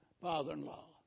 father-in-law